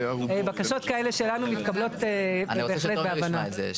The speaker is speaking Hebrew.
בקשות כאלה שלנו מתקבלות בהחלט בהבנה.